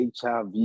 HIV